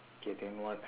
okay can move on